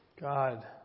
God